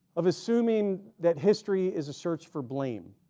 of assuming that history is a search for blame